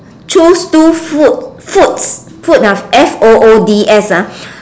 choose two food foods food f o o d s ah